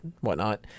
whatnot